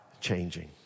changing